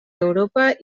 europa